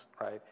right